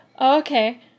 okay